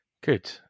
Good